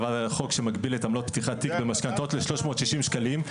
עבר חוק שמגביל את עמלות פתיחת תיק במשכנתאות ל-360 שקלים.